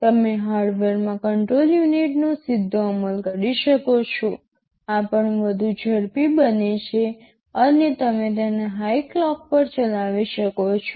તમે હાર્ડવેરમાં control unit નો સીધો અમલ કરી શકો છો આ પણ વધુ ઝડપથી બને છે અને તમે તેને હાઇ ક્લોક પર ચલાવી શકો છો